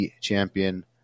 champion